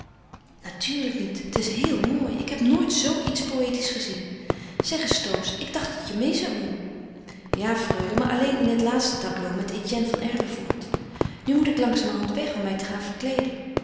natuurlijk niet het is heel mooi ik heb nooit zoo iets poëtisch gezien zeg eens toos ik dacht dat je meê zoû doen ja freule maar alleen in het laatste tableau met etienne van erlevoort nu moet ik langzamerhand weg om mij te gaan verkleeden